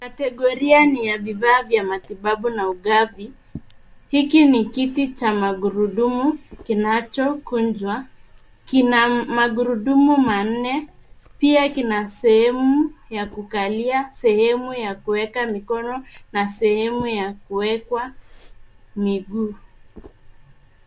Kategoria ni ya bidhaa vya matibabu na ugavi. Hiki ni kiti cha magurudumu kinachokunjwa. Kina magurudumu manne, pia kina sehemu ya kukalia, sehemu ya kuweka mikono na sehemu ya kuwekwa miguu.